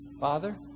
Father